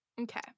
Okay